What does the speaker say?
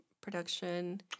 production